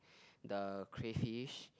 the crawfish